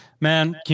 Man